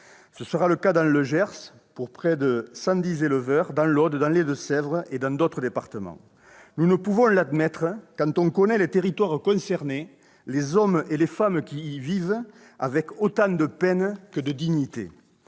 Ce sera le cas dans le Gers pour près de 110 éleveurs, dans l'Aude, dans les Deux-Sèvres, ainsi que dans d'autres départements. On ne peut l'admettre quand on connaît les territoires concernés, les hommes et les femmes qui y vivent avec autant de peine que de dignité